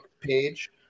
page